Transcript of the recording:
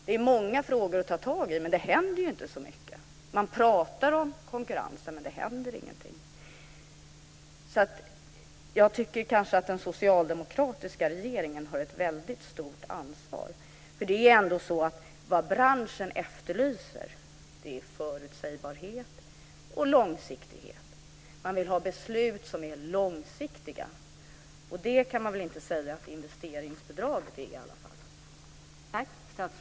Det är många frågor att ta tag i, men det händer inte så mycket. Man pratar om konkurrensen, men det händer ingenting. Jag tycker att den socialdemokratiska regeringen har ett väldigt stort ansvar. Vad branschen efterlyser är förutsägbarhet och långsiktighet. Man vill ha långsiktiga beslut, och det kan man väl inte säga att investeringsbidraget är.